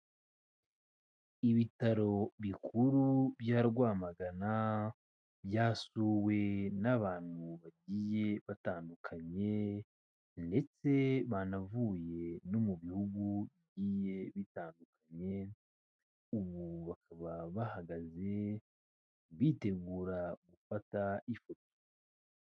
Ibitaro bikuru bya Rwamagana, byasuwe n'abantu bagiye batandukanye ndetse banavuye no mu bihugu bigiye bitandukanye, ubu bakaba bahagaze bitegura gufata ifoto.